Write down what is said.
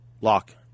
lock